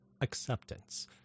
acceptance